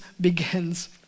begins